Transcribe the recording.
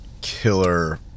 killer